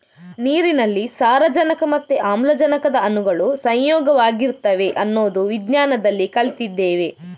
ನೀರಿನಲ್ಲಿ ಸಾರಜನಕ ಮತ್ತೆ ಆಮ್ಲಜನಕದ ಅಣುಗಳು ಸಂಯೋಗ ಆಗಿರ್ತವೆ ಅನ್ನೋದು ವಿಜ್ಞಾನದಲ್ಲಿ ಕಲ್ತಿದ್ದೇವೆ